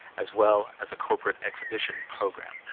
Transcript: as well as a corporate exhibition program.